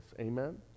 Amen